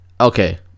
Okay